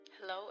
Hello